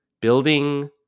building